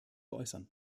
äußern